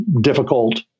difficult